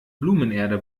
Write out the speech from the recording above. blumenerde